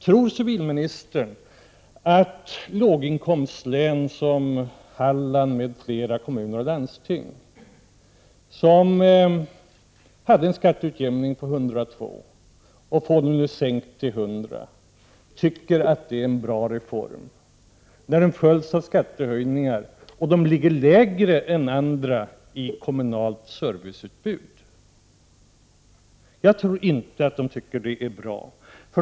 Tror civilministern att landsting och kommuner i låginkomstlän som Halland m.fl., som hade en skatteutjämning på 102 och får den sänkt till 100, tycker att det är en bra reform när den följs av skattehöjningar och de dessutom ligger lägre än andra i kommunalt serviceutbud? Jag tror inte att de tycker att det är bra.